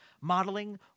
modeling